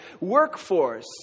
workforce